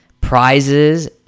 prizes